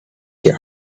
get